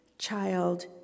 Child